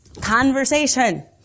Conversation